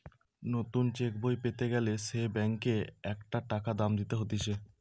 নতুন চেক বই পেতে গ্যালে সে ব্যাংকে একটা টাকা দাম দিতে হতিছে